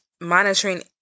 monitoring